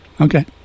Okay